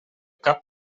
cap